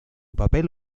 papel